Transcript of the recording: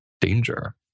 danger